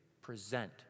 present